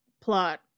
plot